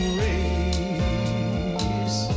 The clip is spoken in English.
race